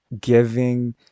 giving